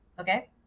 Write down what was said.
Okay